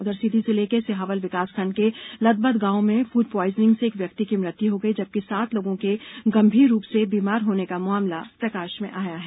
उधर सीधी जिले के सिहावल विकास खण्ड के लदबद गांव में फूड प्वाइजनिंग से एक व्यक्ति की मृत्यु हो गई है जबकि सात लोगों के गंभीर रूप से बीमार होने का मामला प्रकाश में आया है